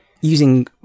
using